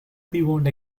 beyond